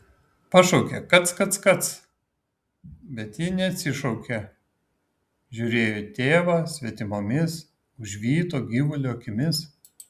pašaukė kac kac kac bet ji neatsišaukė žiūrėjo į tėvą svetimomis užvyto gyvulio akimis